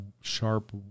sharp